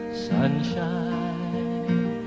Sunshine